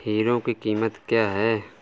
Hero की कीमत क्या है?